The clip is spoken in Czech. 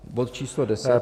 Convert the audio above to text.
Bod číslo 10.